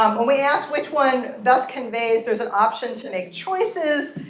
um when we asked which one does conveys, there's an option to make choices,